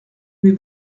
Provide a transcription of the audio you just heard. mais